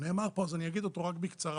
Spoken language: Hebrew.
נאמר פה אז אני אגיד אותו רק בקצרה.